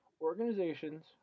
organizations